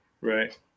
Right